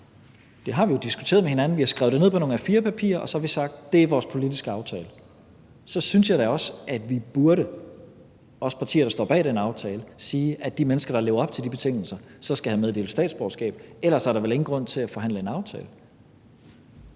Det har vi jo diskuteret med hinanden, og vi har skrevet det ned på nogle A-4-papirer, og vi har sagt, at det er vores politiske aftale. Så synes jeg da også, at vi – os partier, der står bag den aftale – burde sige, at de mennesker, der lever op til de betingelser, så skal have meddelt statsborgerskab. Ellers er der vel ingen grund til at forhandle en aftale.